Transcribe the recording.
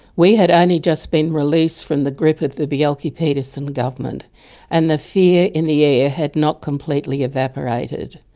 we had only just been released from the grip of the bjelke-petersen government and the fear in the air had not completely evaporated.